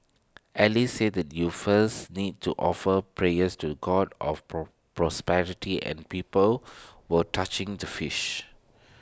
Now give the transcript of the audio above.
alice said you first need to offer prayers to the God of pore prosperity at people were touching the fish